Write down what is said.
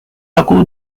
aku